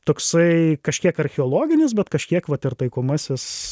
toksai kažkiek archeologinis bet kažkiek vat ir taikomasis